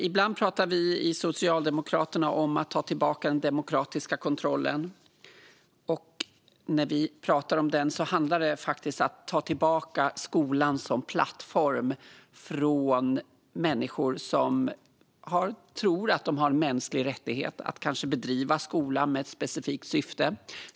Ibland pratar vi i Socialdemokraterna om att ta tillbaka den demokratiska kontrollen, och när vi pratar om detta handlar det faktiskt om att ta tillbaka skolan som plattform från människor som tror att de har en mänsklig rättighet att bedriva skola med ett specifikt syfte.